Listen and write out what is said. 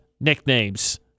nicknames